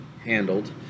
handled